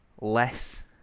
less